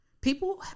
People